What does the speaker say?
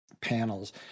panels